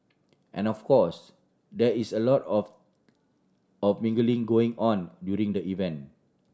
and of course there is a lot of of mingling going on during the event